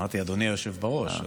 אמרתי "אדוני היושב בראש".